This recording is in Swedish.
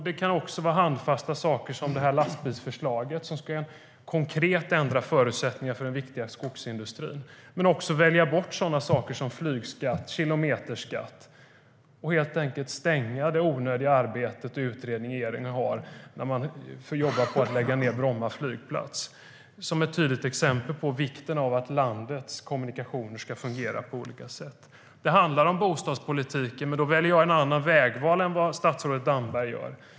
Det kan också gälla handfasta saker som lastbilsförslaget, som konkret ska ändra förutsättningarna för den viktiga skogsindustrin, men också att välja bort sådana saker som flygskatt och kilometerskatt och helt enkelt stänga den onödiga utredning som regeringen har för att lägga ned Bromma flygplats. Det är ett tydligt exempel på vikten av att landets kommunikationer ska fungera på olika sätt. Det handlar också om bostadspolitiken, men då väljer jag en annan väg än statsrådet Damberg.